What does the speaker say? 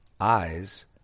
Eyes